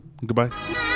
Goodbye